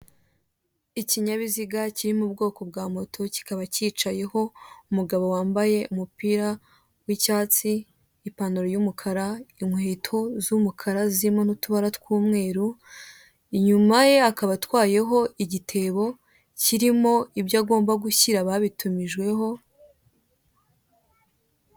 Ikinyabiziga kiri mu bwoko bwa moto, kikaba cyicayeho umugabo wambaye umupira w'icyatsi n'ipantaro y'umukara, inkweto z'umukara zirimo n'utubara tw'umweru, inyuma ye akaba atwayeho igitebo kirimo ibyo agomba gushyira ababitumijeho